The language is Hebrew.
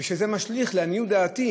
ולעניות דעתי